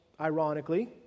ironically